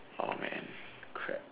orh man crap